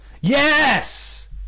yes